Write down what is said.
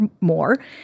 more